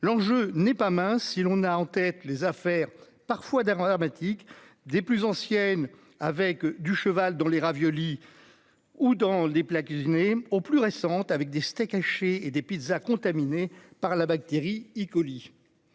l'enjeu n'est pas mince si l'on a en tête les affaires parfois d'armes dramatiques des plus anciennes avec du cheval dans les raviolis ou dans des plats cuisinés au plus récentes avec des steaks hachés et des pizzas contaminées par la bactérie E-coli